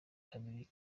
kabiri